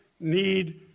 need